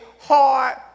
hard